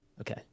okay